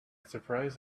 surprised